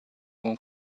con